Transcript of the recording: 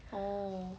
oh